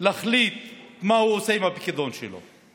להחליט מה הוא עושה עם הפיקדון שלו.